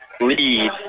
lead